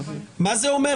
מה זה אומר